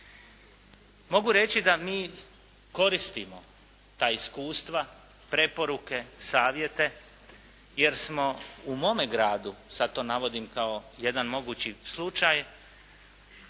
Mogu reći da mi koristimo ta iskustva, preporuke, savjete, jer smo u mome gradu sad to navodim kao jedan mogući slučaj